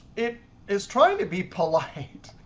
it is trying to be polite.